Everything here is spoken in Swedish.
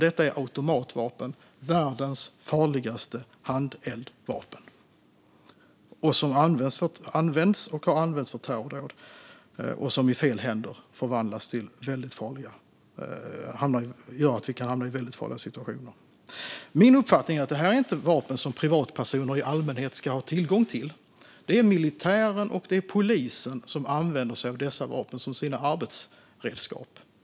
Detta är automatvapen, världens farligaste handeldvapen, som används och har använts vid terrordåd och som, om de hamnar i fel händer, gör att vi kan hamna i väldigt farliga situationer. Min uppfattning är att detta inte är vapen som privatpersoner i allmänhet ska ha tillgång till. Det är militären och polisen som använder sig av dessa vapen som sina arbetsredskap.